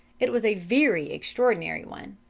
it was a very extraordinary one.